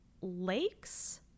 Lakes